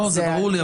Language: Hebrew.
לא, זה ברור לי.